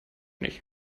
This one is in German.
nicht